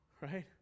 right